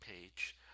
page